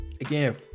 again